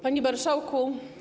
Panie Marszałku!